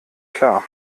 klar